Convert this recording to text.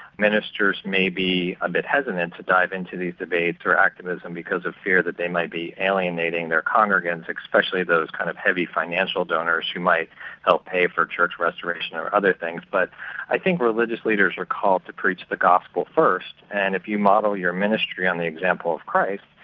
ministers may be a bit hesitant to dive into these debates or activism because of fear that they might be alienating their congregants, especially those kind of heavy financial donors who might help pay for church restoration or other things, but i think religious leaders are called to preach the gospel first, and if you model your ministry on the example of christ,